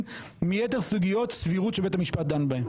מיתר סוגיות סבירות שבית המשפט דן בהם.